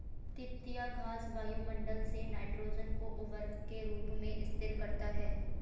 तिपतिया घास वायुमंडल से नाइट्रोजन को उर्वरक के रूप में स्थिर करता है